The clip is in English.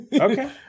Okay